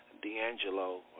D'Angelo